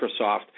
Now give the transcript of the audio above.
Microsoft